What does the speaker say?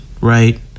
right